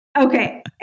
Okay